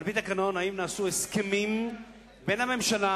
על-פי תקנון: האם נעשו הסכמים בין הממשלה